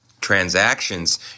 transactions